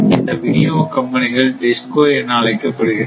இந்த விநியோக கம்பெனிகள் DISCO என அழைக்கப்படுகின்றன